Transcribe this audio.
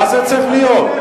מה זה צריך להיות?